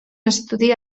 estudi